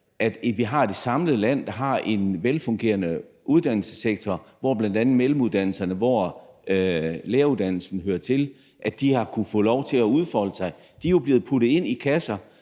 at vi har et samlet land, der har en velfungerende uddannelsessektor, hvor bl.a. de mellemlange uddannelser, som læreruddannelsen hører til, har fået lov til at kunne udfolde sig. De er jo blevet puttet ind i kasser,